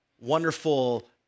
wonderful